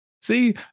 see